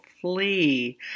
flee